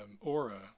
aura